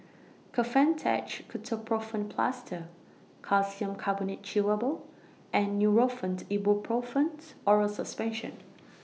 Kefentech Ketoprofen Plaster Calcium Carbonate Chewable and Nurofen Ibuprofen Oral Suspension